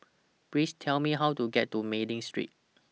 Please Tell Me How to get to Mei Ling Street